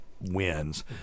wins